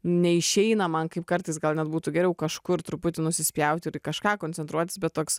neišeina man kaip kartais gal net būtų geriau kažkur truputį nusispjauti ir į kažką koncentruotis bet toks